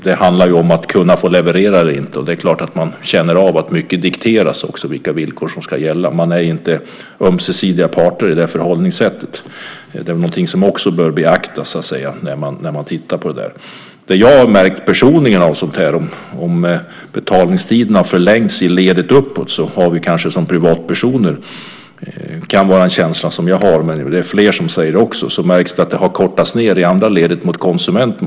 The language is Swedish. Det handlar ju om att få leverera eller inte. Det är klart att man känner av att mycket dikteras av vilka villkor som ska gälla. Man är inte ömsesidiga parter i det förhållningssättet. Det är någonting som också bör beaktas när vi tittar på det där. Jag har märkt en sak personligen. Det kan vara en känsla som bara jag har som privatperson, men det är fler som säger det. Om betalningstiderna har förlängts i ledet uppåt så märks det att de många gånger har kortats ned i andra ledet mot konsumenterna.